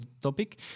topic